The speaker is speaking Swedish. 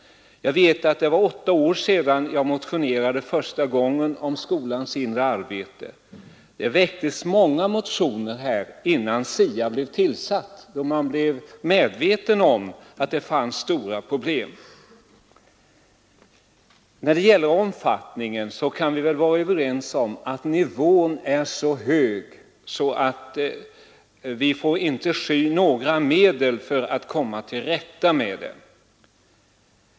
Det var åtta år sedan jag motionerade första gången om skolans inre arbete. Det väcktes många motioner här innan SIA blev tillsatt, innan man blev medveten om att det fanns stora problem. När det gäller omfattningen av detta missbruk kan vi väl vara överens om att nivån är så hög att vi inte får sky några medel för att komma till rätta med missbruket.